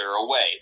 away